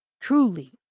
truly